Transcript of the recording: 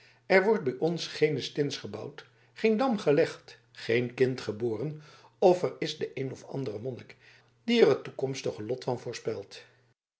er wordt bij ons geene stins gebouwd geen dam gelegd geen kind geboren of er is de een of andere monnik die er het toekomstige lot van voorspelt